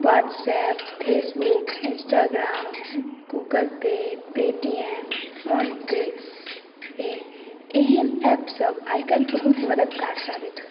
WhatsApp Facebook Instagram Google Pay Paytm PhonePe एहन app सब आइ काल्हि बहुत मददगार साबित होयत अछि